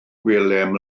gwelem